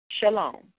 Shalom